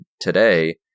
today